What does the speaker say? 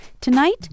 Tonight